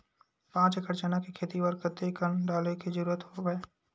पांच एकड़ चना के खेती बर कते कन डाले के जरूरत हवय?